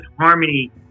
harmony